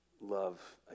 Love